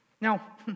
Now